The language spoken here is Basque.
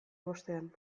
bostean